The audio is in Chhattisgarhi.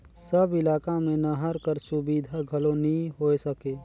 सब इलाका मे नहर कर सुबिधा घलो नी होए सके